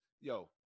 yo